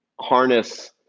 harness